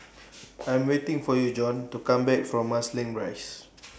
I Am waiting For YOU Jon to Come Back from Marsiling Rise